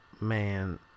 man